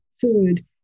food